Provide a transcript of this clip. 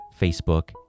Facebook